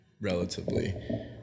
relatively